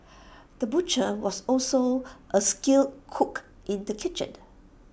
the butcher was also A skilled cook in the kitchen